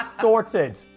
sorted